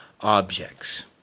objects